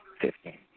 Fifteen